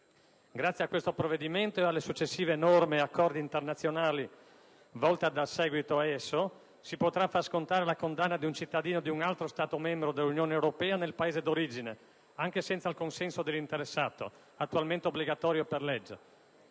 Grazie a questo provvedimento e alle successive norme e accordi internazionali volti a dar seguito ad esso, si potrà far scontare la condanna di un cittadino di un altro Stato membro dell'Unione europea nel Paese d'origine anche senza il consenso dell'interessato, attualmente obbligatorio per legge.